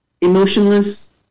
emotionless